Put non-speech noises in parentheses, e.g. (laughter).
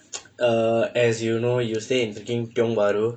(noise) uh as you know you stay in freaking tiong bahru